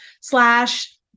slash